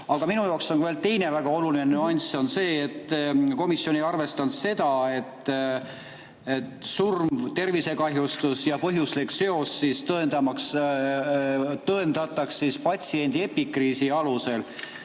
Aga minu jaoks on veel teine väga oluline nüanss see, et komisjon ei arvestanud seda, et surma või tervisekahjustuse põhjuslik seos tõendataks patsiendi epikriisi alusel,